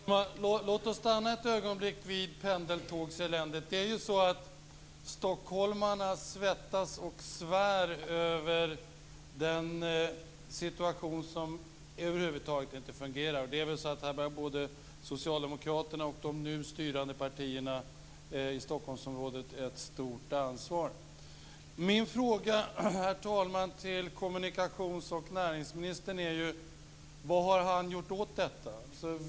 Herr talman! Låt oss för ett ögonblick stanna kvar vid pendeltågseländet. Det är ju så att stockholmarna svettas och svär över en situation där det över huvud taget inte fungerar. Både Socialdemokraterna och de nu styrande partierna i Stockholmsområdet bär ett stort ansvar. Jag vill, herr talman, fråga kommunikations och näringsministern vad han har gjort åt detta.